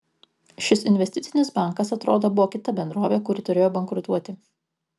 šis investicinis bankas atrodo buvo kita bendrovė kuri turėjo bankrutuoti